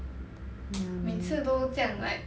每次都这样 like